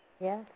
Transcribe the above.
Yes